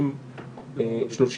את יודעת